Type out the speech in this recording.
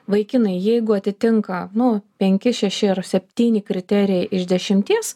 vaikinai jeigu atitinka nu penki šeši ar septyni kriterijai iš dešimties